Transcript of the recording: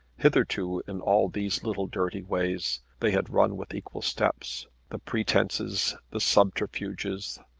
hitherto in all these little dirty ways they had run with equal steps. the pretences, the subterfuges,